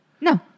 No